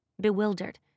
bewildered